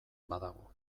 badago